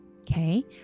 Okay